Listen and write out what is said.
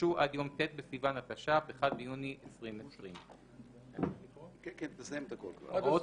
יוגשו עד יום ט' בסיוון התש"פ (1 ביוני 2020). הוראות